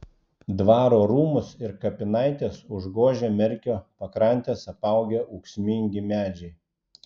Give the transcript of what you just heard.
dvaro rūmus ir kapinaites užgožia merkio pakrantes apaugę ūksmingi medžiai